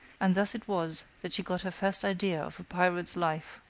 and thus it was that she got her first idea of a pirate's life.